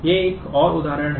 ये एक और उदाहरण हैं